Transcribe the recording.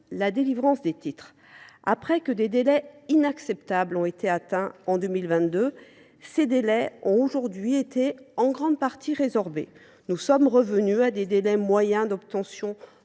la délivrance des titres. Après le pic inacceptable atteint en 2022, les délais ont aujourd’hui été en grande partie résorbés : nous sommes revenus à des délais moyens d’obtention